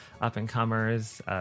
up-and-comers